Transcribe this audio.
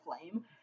flame